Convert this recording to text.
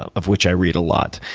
ah of which i read a lot.